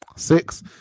six